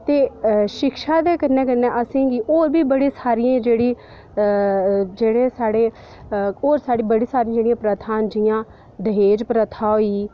ते शिक्षा दे कन्नै कन्नै असेंगी होर बी बड़ियां सारियां जेह्ड़ियां प्रथां न जि'यां दहेज प्रथा होई